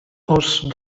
hausse